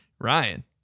Ryan